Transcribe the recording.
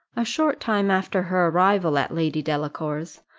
a short time after her arrival at lady delacour's,